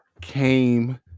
came